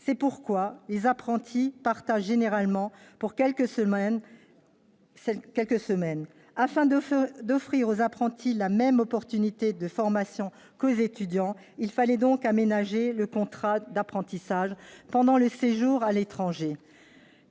C'est pourquoi les apprentis partent généralement pour quelques semaines. Afin d'offrir aux apprentis les mêmes chances de formation qu'aux étudiants, il fallait donc aménager le contrat d'apprentissage pendant le séjour à l'étranger.